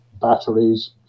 Batteries